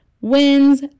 wins